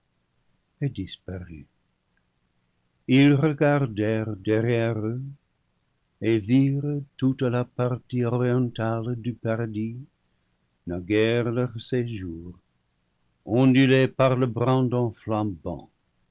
et disparut ils regardèrent derrière eux et virent toute la partie orientale du paradis naguère leur séjour ondulée par le brandon flambant